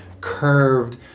curved